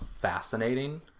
fascinating